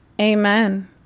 amen